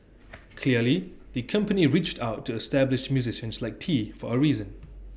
clearly the company reached out to established musicians like tee for A reason